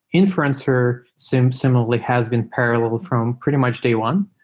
inferencer similarly has been parallel from pretty much day one,